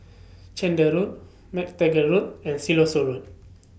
Chander Road MacTaggart Road and Siloso Road